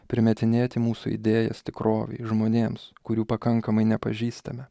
primetinėti mūsų idėjas tikrovei žmonėms kurių pakankamai nepažįstame